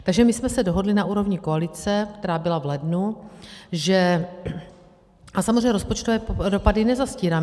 Takže my jsme se dohodli na úrovni koalice, která byla v lednu, že a samozřejmě rozpočtové dopady nezastírám.